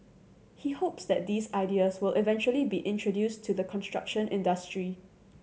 he hopes that these ideas will eventually be introduced to the construction industry